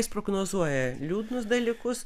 jis prognozuoja liūdnus dalykus